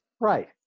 Right